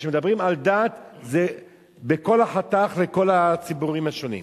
כשמדברים על דת זה בכל החתך וכל הציבורים השונים.